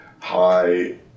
high